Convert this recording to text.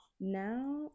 Now